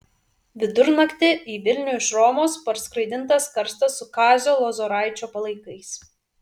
vidurnaktį į vilnių iš romos parskraidintas karstas su kazio lozoraičio palaikais